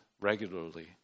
regularly